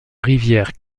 rivière